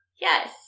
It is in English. Yes